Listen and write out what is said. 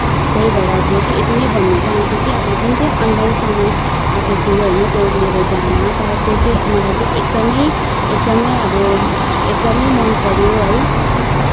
त्यही भएर अब म चाहिँ यति नै भन्नु चाहन्छ कि अब जुन चाहिँ अनलाइनको सामान आएको थियो होइन त्यो मेरो जामा तर त्यो चाहिँ मलाई चाहिँ एकदमै एकदमै अब एकदमै मन पऱ्यो है